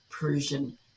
Persian